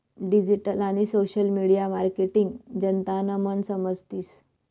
digital आणि social media marketing जनतानं मन समजतीस